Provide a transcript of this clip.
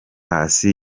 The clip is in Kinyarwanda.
paccy